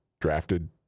drafted